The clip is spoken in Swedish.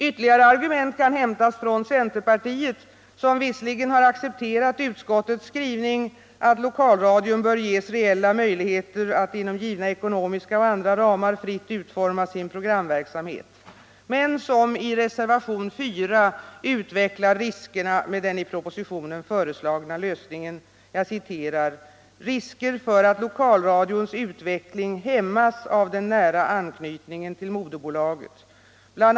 Ytterligare argument kan hämtas från centerpartiet, som visserligen har accepterat utskottets skrivning att lokalradion bör ges reella möjligheter att inom givna ekonomiska och andra ramar fritt utforma sin programverksamhet men som i reservationen 4 utvecklar riskerna med den i propositionen föreslagna lösningen: ——-— ”risker för att lokalradions utveckling hämmas av den nära anknytningen till moderbolaget. Bl.